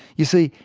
you see,